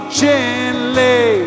gently